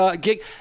gig –